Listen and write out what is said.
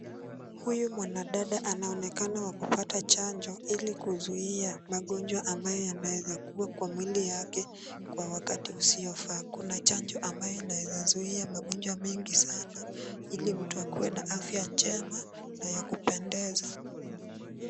Huyu mwanadada anaonekana kupata chanjo ili kuzuia magonjwa ambayo yanaweza kuwa kwa mwili wake wakati usiovaa. Kuna chanjo ambayo inaweza zuia magonjwa mengi sana ili mtu akuwe na afya njema na ya kupendeza.